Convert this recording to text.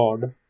God